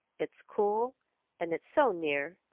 it's cool and it's so near,